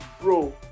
bro